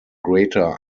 greater